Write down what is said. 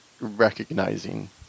recognizing